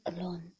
alone